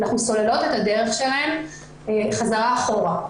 אנחנו סוללות את הדרך שלהן חזרה אחרת.